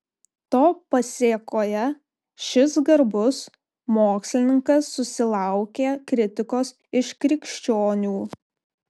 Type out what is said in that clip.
to pasėkoje šis garbus mokslininkas susilaukė kritikos iš krikščionių